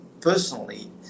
personally